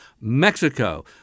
Mexico